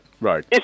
right